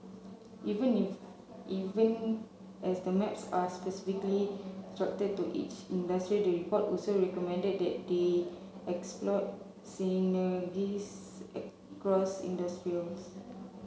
even if even as the maps are specifically structured to each industry the report also recommended that they exploit synergies across industries